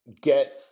get